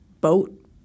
boat